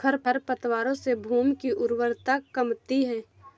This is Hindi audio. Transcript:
खरपतवारों से भूमि की उर्वरता कमती है